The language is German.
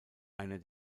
einer